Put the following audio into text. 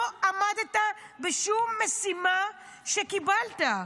לא עמדת בשום משימה שקיבלת: